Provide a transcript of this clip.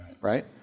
right